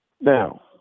Now